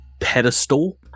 pedestal